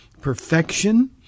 perfection